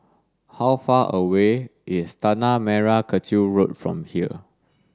how far away is Tanah Merah Kechil Road from here